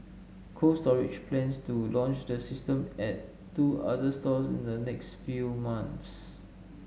Cold Storage plans to launch the system at two other stores in the next few months